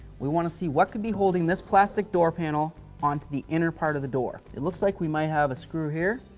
we want to see what can be holding this plastic door panel on to the inner part of the door. it looks like we might have a screw here,